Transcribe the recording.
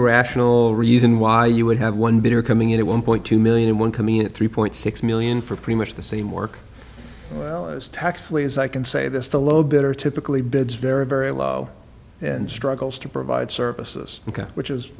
rational reason why you would have one bidder coming in at one point two million and one coming in at three point six million for pretty much the same work as tactfully as i can say this the low bidder typically bids very very low and struggles to provide services which is